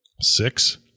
six